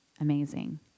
amazing